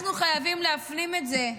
אנחנו חייבים להפנים את זה.